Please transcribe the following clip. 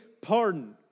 pardon